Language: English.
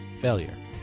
failure